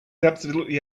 absolutely